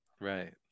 Right